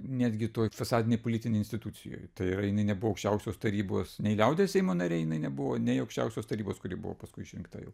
netgi toj fasadinėj politinėj institucijoj tai yra jinai nebuvo aukščiausios tarybos nei liaudies seimo narė jinai nebuvo nei aukščiausios tarybos kur ji buvo paskui išrinkta jau